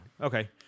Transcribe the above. Okay